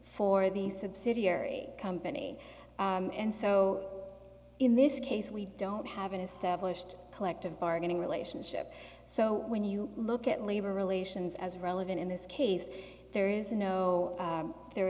for the subsidiary company and so in this case we don't have an established collective bargaining relationship so when you look at labor relations as relevant in this case there is no there